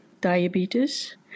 diabetes